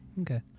Okay